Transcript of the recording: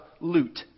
loot